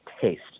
taste